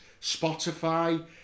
Spotify